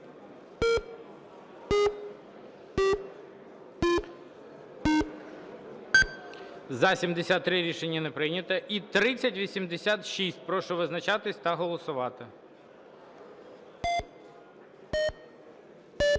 За-62 Рішення не прийнято. 3146. Прошу визначатись та голосувати.